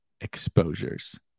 exposures